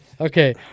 Okay